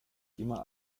immer